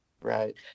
Right